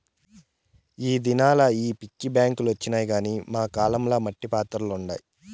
ఈ దినాల్ల ఈ పిగ్గీ బాంక్ లొచ్చినాయి గానీ మా కాలం ల మట్టి పాత్రలుండాయి